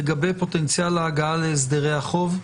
מדובר בתקופת זמן של תשעה חודשים,